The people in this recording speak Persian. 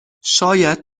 شاید